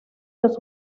los